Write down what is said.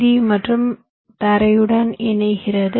D மற்றும் தரையுடன் இணைகிறது